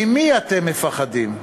ממי אתם מפחדים?